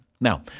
Now